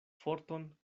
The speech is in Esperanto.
forton